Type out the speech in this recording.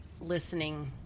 listening